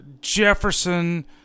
Jefferson